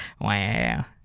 Wow